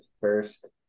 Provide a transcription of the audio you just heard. first